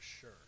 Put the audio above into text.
sure